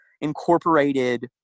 incorporated